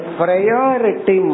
priority